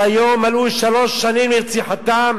שהיום מלאו שלוש שנים לרציחתם,